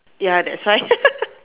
ya that's why